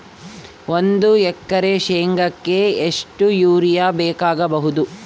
ಒಂದು ಎಕರೆ ಶೆಂಗಕ್ಕೆ ಎಷ್ಟು ಯೂರಿಯಾ ಬೇಕಾಗಬಹುದು?